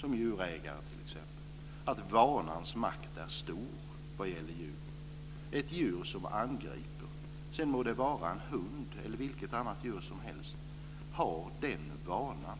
Som djurägare vet jag att vanans makt är stor vad gäller djur. Ett djur som angriper - det må vara en hund eller vilket djur som helst - har denna vana.